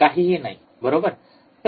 तर input voltage शून्य असेल